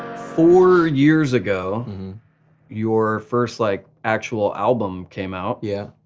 four years ago your first like actual album came out. yeah.